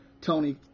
tony